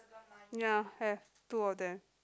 ya have two of them